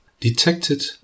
detected